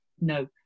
no